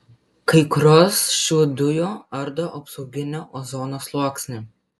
kai kurios šių dujų ardo apsauginį ozono sluoksnį